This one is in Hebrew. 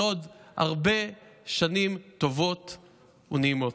עוד הרבה שנים טובות ונעימות.